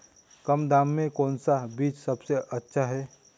कम दाम में कौन सा बीज सबसे अच्छा है?